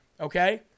okay